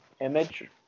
image